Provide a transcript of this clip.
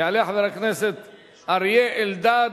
יעלה חבר הכנסת אריה אלדד,